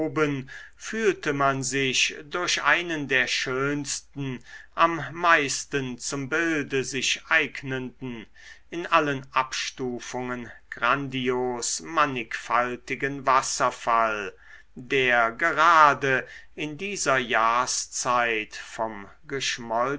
fühlte man sich durch einen der schönsten am meisten zum bilde sich eignenden in allen abstufungen grandios mannigfaltigen wasserfall der gerade in dieser jahrszeit vom